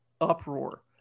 uproar